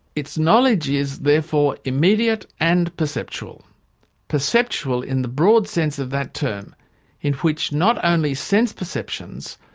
its knowledge is, therefore, immediate and perceptual perceptual in the broad sense of that term in which not only sense-perceptions,